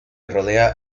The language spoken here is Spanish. rodea